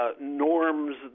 norms